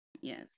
Yes